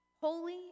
holy